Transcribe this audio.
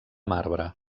marbre